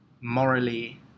morally